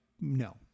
no